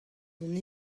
hon